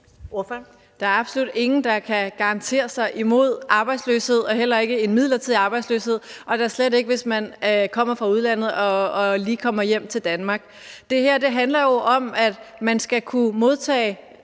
Der er absolut ingen, der kan gardere sig imod arbejdsløshed, heller ikke en midlertidig arbejdsløshed, og da slet ikke, hvis man kommer fra udlandet og lige kommer hjem til Danmark. Det her handler jo om, at man skal kunne modtage